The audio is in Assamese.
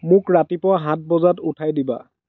মোক ৰাতিপুৱা সাত বজাত উঠাই দিবা